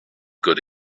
good